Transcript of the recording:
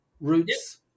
Roots